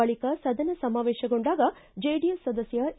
ಬಳಕ ಸದನ ಸಮಾವೇಶಗೊಂಡಾಗ ಜೆಡಿಎಸ್ ಸದಸ್ಯ ಎ